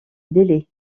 délais